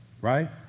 right